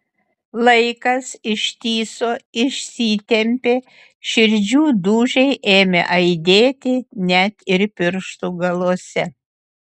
laikas ištįso išsitempė širdžių dūžiai ėmė aidėti net ir pirštų galuose